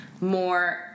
more